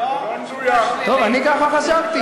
טוב, אני ככה חשבתי.